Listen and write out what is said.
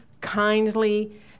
kindly